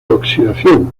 oxidación